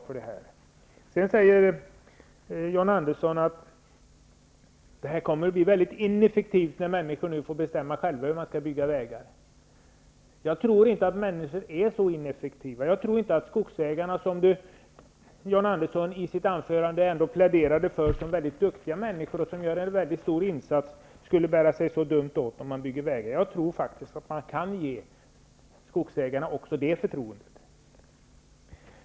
John Andersson säger att det kommer att bli ineffektivt när människor nu får bestämma själva hur man skall bygga vägar. Jag tror inte att människor är så ineffektiva. John Andersson pläderade i sitt anförande för skogsägarna som duktiga människor som gör en stor insats, och jag tror inte att de skulle bära sig så dumt åt när de bygger vägar. Jag tror faktiskt att man kan ge skogsägarna också det förtroendet.